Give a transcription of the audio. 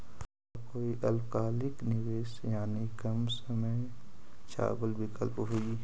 का कोई अल्पकालिक निवेश यानी कम समय चावल विकल्प हई?